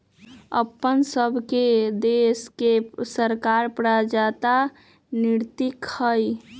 अप्पन सभके देश के सरकार प्रजातान्त्रिक हइ